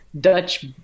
Dutch